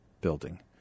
building